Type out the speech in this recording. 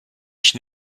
ich